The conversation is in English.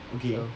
okay